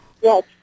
Yes